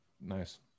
Nice